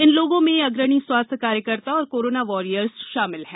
इन लोगों में अग्रणी स्वास्थ्य कार्यकर्ता और कोरोना वारियर्स शामिल हैं